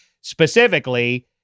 specifically